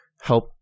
help